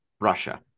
Russia